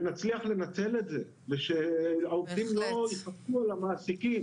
שנצליח לנצל את זה ושהעובדים לא --- על המעסיקים.